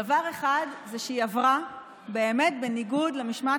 דבר אחד זה שהיא עברה באמת בניגוד למשמעת